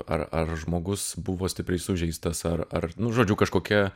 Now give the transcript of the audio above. ar ar žmogus buvo stipriai sužeistas ar ar nu žodžiu kažkokia